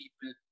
people